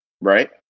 right